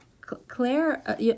Claire